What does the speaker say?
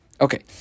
Okay